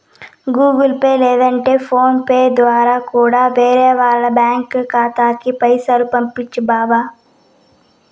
Google Pay లేదంటే PhonePe దోరా కూడా వేరే వాల్ల బ్యాంకి ఖాతాలకి పైసలు పంపొచ్చు బావా